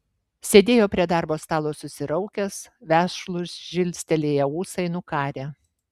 sėdėjo prie darbo stalo susiraukęs vešlūs žilstelėję ūsai nukarę